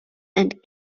and